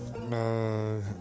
No